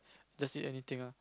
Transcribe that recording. just eat anything ah